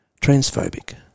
transphobic